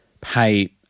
pay